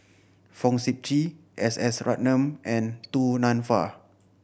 Fong Sip Chee S S Ratnam and Du Nanfa